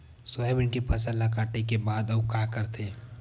Soybean के फसल ल काटे के बाद आऊ का करथे?